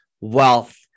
wealth